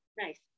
nice